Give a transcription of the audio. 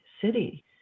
city